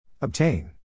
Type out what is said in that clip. Obtain